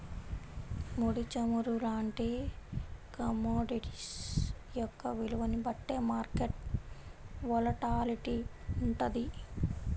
ముడి చమురు లాంటి కమోడిటీస్ యొక్క విలువని బట్టే మార్కెట్ వోలటాలిటీ వుంటది